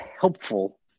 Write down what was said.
helpful